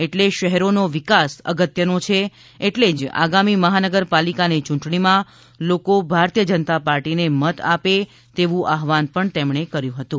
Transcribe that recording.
એટલે શહેરોને વિકાસ અગત્યનો છે એટલે જ આગામી મહાનગરપાલિકાની ચૂંટણીમાં લોકો ભારતીય જનતા પાર્ટીને મત આપે તેવું આહવાન્ પણ તેમણે કર્યું હતું